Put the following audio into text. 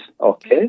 okay